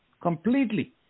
completely